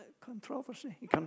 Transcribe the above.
controversy